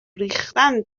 ریختن